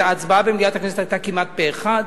ההצבעה במליאת הכנסת היתה כמעט פה-אחד,